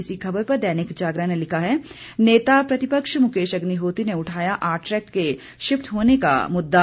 इसी खबर पर दैनिक जागरण ने लिखा है नेता प्रतिपक्ष मुकेश अग्निहोत्री ने उठाया आरट्रैक के शिफ्ट होने का मुद्दा